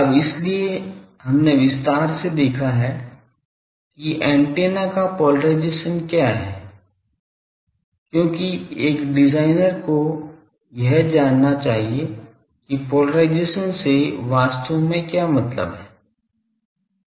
अब इसलिए हमने विस्तार से देखा है कि एंटीना का पोलराइजेशन क्या है क्योंकि एक डिजाइनर को यह जानना चाहिए कि पोलराइजेशन से वास्तव में क्या मतलब है